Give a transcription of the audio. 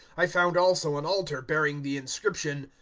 i found also an altar bearing the inscription,